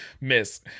miss